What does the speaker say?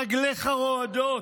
רגליך רועדות.